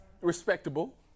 respectable